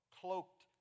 cloaked